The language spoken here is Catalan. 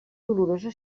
dolorosa